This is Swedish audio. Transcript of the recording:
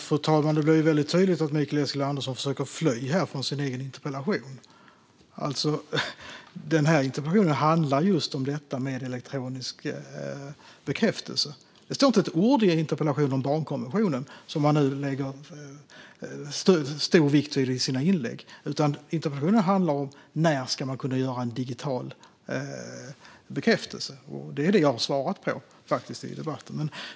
Fru talman! Det är tydligt att Mikael Eskilandersson försöker fly från sin egen interpellation. Den handlar ju om elektronisk bekräftelse. Det står inte ett ord i interpellationen om barnkonventionen, som han nu lägger stor vikt vid i sina inlägg. Interpellationen handlar om när man ska kunna göra en digital bekräftelse, och det är vad jag har svarat på i debatten.